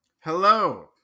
Hello